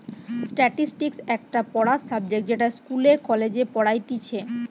statistics একটা পড়ার subject যেটা ইস্কুলে, কলেজে পড়াইতিছে